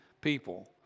people